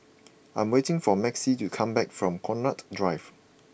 I'm waiting for Maxie to come back from Connaught Drive